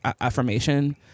affirmation